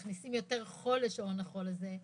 מכניסים יותר חול לשעון החול הזה,